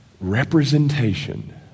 representation